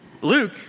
Luke